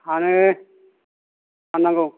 फानो फाननांगौ